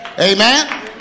amen